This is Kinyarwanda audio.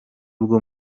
bwo